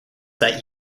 that